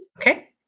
Okay